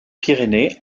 pyrénées